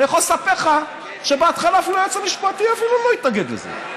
אני יכול לספר לך שבהתחלה אפילו היועץ המשפטי לא התנגד לזה.